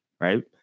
Right